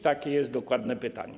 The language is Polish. Takie jest dokładne pytanie.